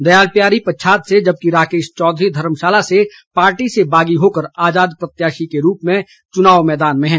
दयाल प्यारी पच्छाद से जबकि राकेश चौधरी धर्मशाला से पार्टी से बागी होकर आजाद प्रत्याशी के रूप में चुनाव मैदान में हैं